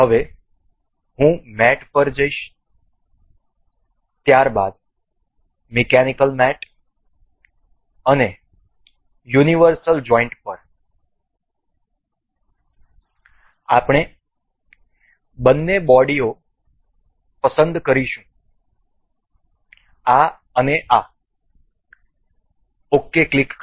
હવે હું મેટ પર જઈશ ત્યારબાદ મિકેનિકલ મેટ અને યુનિવર્સલ જોઈન્ટ પર આપણે બંને બોડીઓ પસંદ કરીશું આ અને આ ok ક્લિક કરો